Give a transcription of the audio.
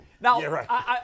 Now